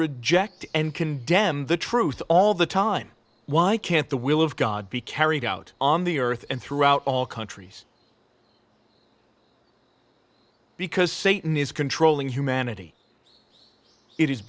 reject and condemn the truth all the time why can't the will of god be carried out on the earth and throughout all countries because satan is controlling humanity i